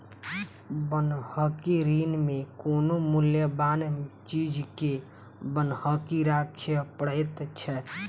बन्हकी ऋण मे कोनो मूल्यबान चीज के बन्हकी राखय पड़ैत छै